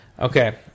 Okay